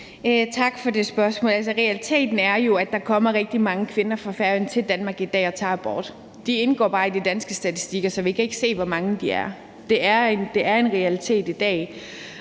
Tak for det spørgsmål. Realiteten er jo, at der kommer rigtig mange kvinder fra Færøerne til Danmark i dag og får abort. De indgår bare ikke i danske statistikker, så vi kan ikke se, hvor mange det er. Det er en realitet i dag,